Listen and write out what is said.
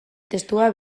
testua